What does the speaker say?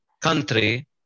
country